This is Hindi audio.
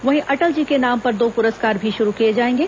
वहीं अटल जी के नाम पर दो पुरस्कार भी शुरू किए जाएंगे